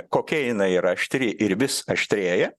kokia jinai yra aštri ir vis aštrėja